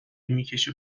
میکشه